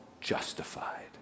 justified